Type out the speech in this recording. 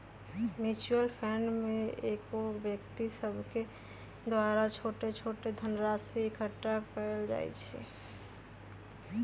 mutual fund में कएगो व्यक्ति सभके द्वारा छोट छोट धनराशि एकठ्ठा क लेल जाइ छइ